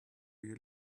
you